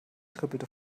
trippelte